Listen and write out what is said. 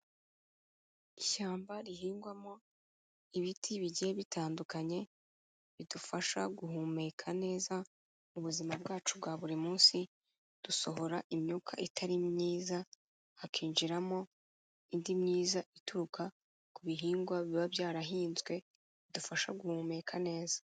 Ishyamba rihingwamo ibiti bigiye bitandukanye, bidufasha guhumeka neza mu buzima bwacu bwa buri munsi, dusohora imyuka itari myiza, hakinjiramo indi myiza ituruka ku bihingwa biba byarahinzwe, bidufasha guhumeka neza.